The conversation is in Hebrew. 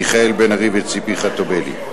מיכאל בן-ארי וציפי חוטובלי.